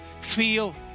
feel